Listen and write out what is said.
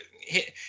hit